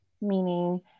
meaning